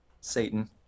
Satan